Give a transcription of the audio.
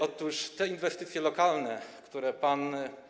Otóż te inwestycje lokalne, które pan.